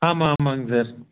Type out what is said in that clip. ஆமாம் ஆமாம்ங்க சார்